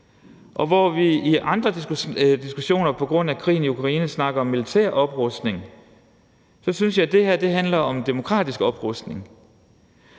Og hvor vi i andre diskussioner på grund af krigen i Ukraine snakker om militær oprustning, synes jeg, at det her handler om demokratisk oprustning.